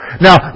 Now